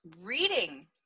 reading